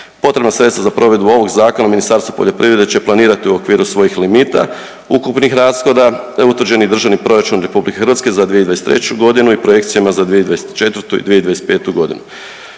Potrebna sredstva za provedbu ovog zakona Ministarstvo poljoprivrede će planirati u okviru svojih limita, ukupnih rashoda utvrđeni Državni proračun RH za 2023. godinu i Projekcijama za 2024. i 2025. godinu.